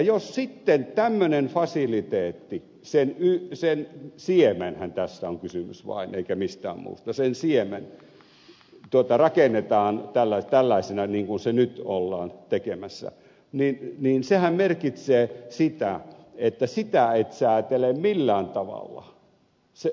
jos sitten tämmöisen fasiliteetin siemen sen siemenestähän tässä on kysymys vain eikä mistään muusta rakennetaan tällaisena niin kuin se nyt ollaan tekemässä sehän merkitsee sitä että sitä et säätele millään tavalla